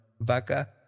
Vaca